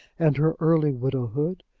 and her early widowhood.